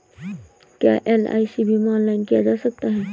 क्या एल.आई.सी बीमा ऑनलाइन किया जा सकता है?